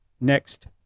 next